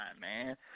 man